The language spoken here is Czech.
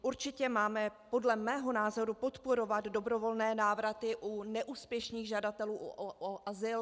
Určitě máme podle mého názoru podporovat dobrovolné návraty u neúspěšných žadatelů o azyl.